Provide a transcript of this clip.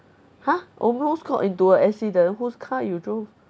!huh! almost got into a accident whose car you drove